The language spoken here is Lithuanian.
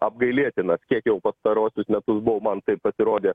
apgailėtinas kiek jau pastarosius metus buvo man tai pasirodė